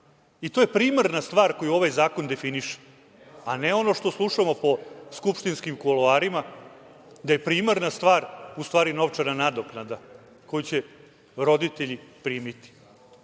To je primarna stvar koju ovaj zakon definiše, a ne ono što slušamo po skupštinskim kuloarima, da je primarna stvar u stvari novčana nadoknada koju će roditelji primiti. Naravno,